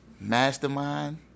Mastermind